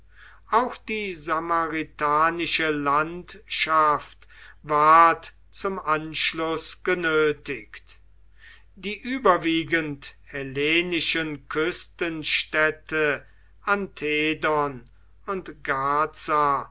auch die samaritanische landschaft ward zum anschluß genötigt die überwiegend hellenischen küstenstädte anthedon und gaza